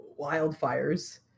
wildfires